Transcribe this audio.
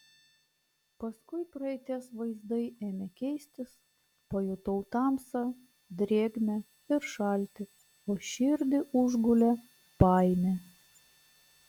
paskui praeities vaizdai ėmė keistis pajutau tamsą drėgmę ir šaltį o širdį užgulė baimė